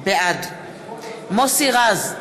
בעד מוסי רז,